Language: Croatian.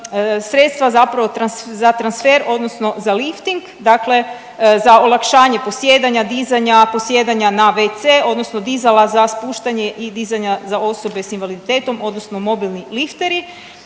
sredstva zapravo za transfer odnosno za lifting dakle za olakšanje posjedanja, dizanja, posjedanja na WC odnosno dizala za spuštanje i dizanja za osobe s invaliditetom odnosno mobilni lifteri.